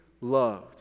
loved